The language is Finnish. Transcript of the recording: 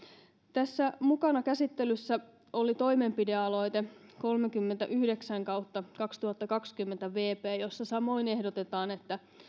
tässä käsittelyssä mukana oli toimenpidealoite kolmekymmentäyhdeksän kautta kaksituhattakaksikymmentä vp jossa samoin ehdotetaan että